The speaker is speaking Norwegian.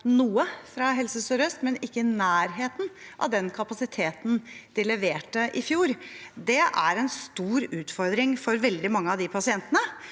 noe fra Helse Sør-Øst, men ikke i nærheten av den kapasiteten de leverte i fjor. Det er en stor utfordring for veldig mange av de pasientene